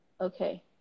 Okay